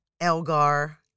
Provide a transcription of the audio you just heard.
Elgar